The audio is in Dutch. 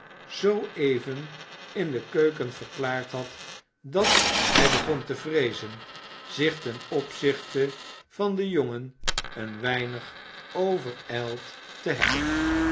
zoo even in de keuken verklaard had dat hij begon te vreezen zich ten opzichte van den jongen een weinig overijld te hebben